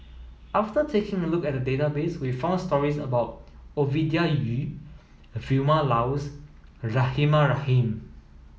after taking a look at database we found stories about Ovidia Yu a Vilma Laus Rahimah Rahim